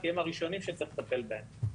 כי הם הראשונים שצריך לטפל בהם.